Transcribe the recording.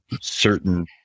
certain